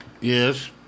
Yes